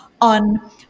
on